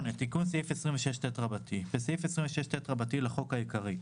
"תיקון סעיף 26ט 8. בסעיף 26ט לחוק העיקרי,